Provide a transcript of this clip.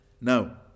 Now